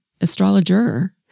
astrologer